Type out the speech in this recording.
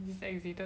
just exited